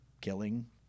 killing